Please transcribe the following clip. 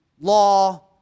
law